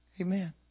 Amen